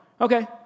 Okay